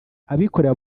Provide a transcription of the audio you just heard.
abikorera